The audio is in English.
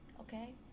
Okay